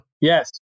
Yes